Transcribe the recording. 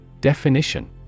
Definition